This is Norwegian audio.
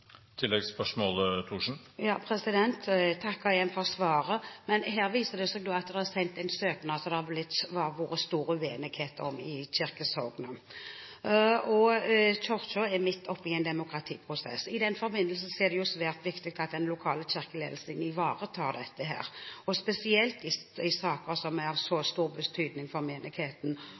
Jeg takker igjen for svaret, men her viser det seg at det er sendt en søknad som det har vært stor uenighet om i kirkesognet. Kirken er midt oppe i en demokratiprosess. I den forbindelse er det svært viktig at den lokale kirkeledelsen ivaretar dette, spesielt i saker som er av så stor betydning for menigheten.